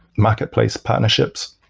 marketplace partnerships.